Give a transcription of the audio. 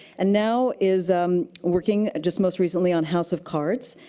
and now is um working just most recently on house of cards.